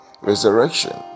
resurrection